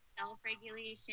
self-regulation